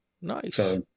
Nice